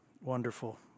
wonderful